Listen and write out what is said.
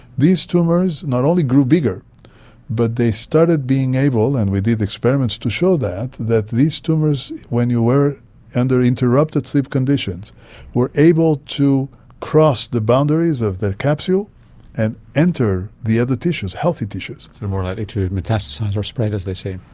these tumours not only grew bigger but they started being able, and we did experiments to show that, that these tumours when you were under interrupted sleep conditions were able to cross the boundaries of their capsule and enter the other tissues, healthy tissues. so more likely to metastasise or spread, as they say.